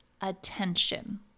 attention